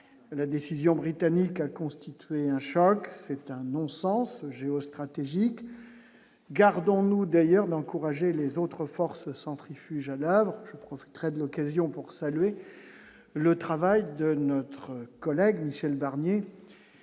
la décision britannique a constitué un choc, c'est un non-sens géostratégiques, gardons-nous d'ailleurs d'encourager les autres forces centrifuges à l'oeuvre, profiterait de l'occasion pour saluer le travail de notre collègue Michel Barnier,